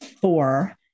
four